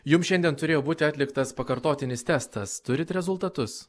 jum šiandien turėjo būti atliktas pakartotinis testas turit rezultatus